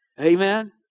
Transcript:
Amen